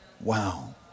Wow